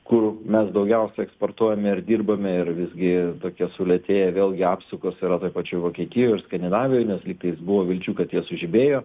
kur mes daugiausia eksportuojame ir dirbame ir visgi tokie sulėtėję vėlgi apsukos yra toj pačioj vokietijoj ir skandinavijoj nes lygtais buvo vilčių kad jie sužibėjo